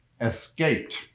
escaped